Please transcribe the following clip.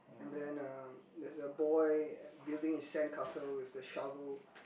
I didn't know there is a boy building his sandcastle with the shovel